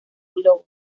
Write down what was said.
globos